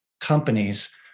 companies